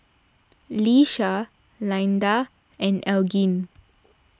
Lesha Lynda and Elgin